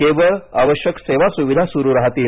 केवळ आवश्यक सेवा सुविधा सुरू राहतील